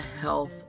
health